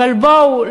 אבל בואו,